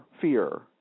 fear